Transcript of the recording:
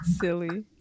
Silly